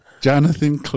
Jonathan